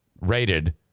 rated